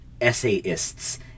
essayists